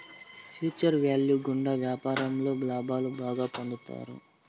future value గుండా వ్యాపారంలో లాభాలు బాగా పొందుతారు